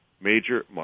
Major